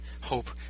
hope